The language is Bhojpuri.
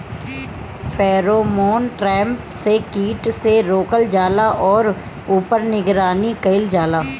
फेरोमोन ट्रैप से कीट के रोकल जाला और ऊपर निगरानी कइल जाला?